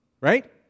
right